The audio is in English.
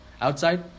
outside